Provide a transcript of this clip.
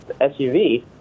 SUV